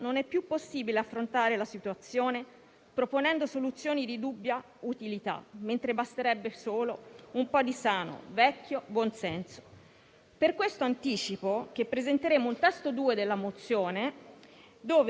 Per questo anticipo che presenteremo un testo 2 della mozione, dove, oltre alla richiesta di un maggior buon senso per quanto riguarda gli spostamenti, chiederemo anche un risarcimento - e sottolineo risarcimento e non ristoro